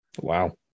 Wow